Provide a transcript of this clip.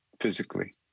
physically